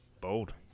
Bold